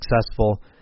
successful